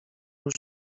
już